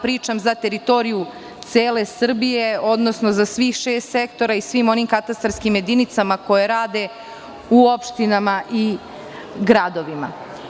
Pričam za teritoriju cele Srbije, odnosno za svih šest sektora i svim onim katastarskim jedinicama koje rade u opštinama i gradovima.